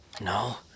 No